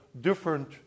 different